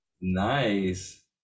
Nice